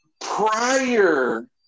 prior